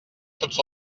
tots